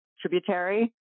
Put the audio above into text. Tributary